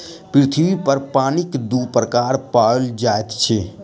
पृथ्वी पर पानिक दू प्रकार पाओल जाइत अछि